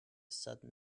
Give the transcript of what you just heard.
sudden